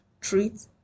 treat